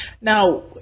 Now